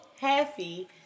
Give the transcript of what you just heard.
happy